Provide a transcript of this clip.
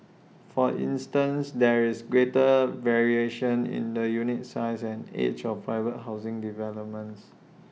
for instance there is greater variation in the unit size and age of private housing developments